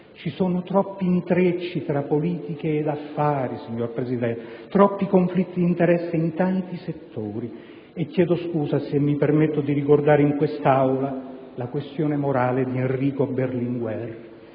Ci sono troppi intrecci tra politica ed affari, troppi conflitti di interessi in tanti settori e chiedo scusa se mi permetto di ricordare in quest'Aula la questione morale di Enrico Berlinguer.